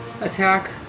attack